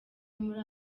muri